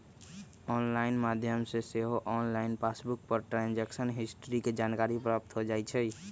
online माध्यम से सेहो ऑनलाइन पासबुक पर ट्रांजैक्शन हिस्ट्री के जानकारी प्राप्त हो जाइ छइ